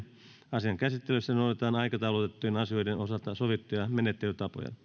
asian käsittelyssä noudatetaan aikataulutettujen asioiden osalta sovittuja menettelytapoja